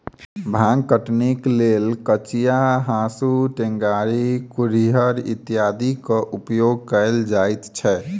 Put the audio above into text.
भांग कटनीक लेल कचिया, हाँसू, टेंगारी, कुरिहर इत्यादिक उपयोग कयल जाइत छै